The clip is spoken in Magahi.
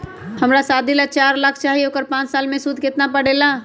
हमरा शादी ला चार लाख चाहि उकर पाँच साल मे सूद कितना परेला?